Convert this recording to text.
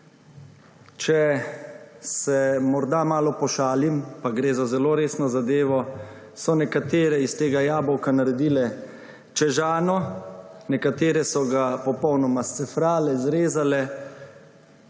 Če se morda malo pošalim, pa gre za zelo resno zadevo, so nekatere iz tega jabolka naredile čežano, nekatere so ga popolnoma scefrale, zrezale,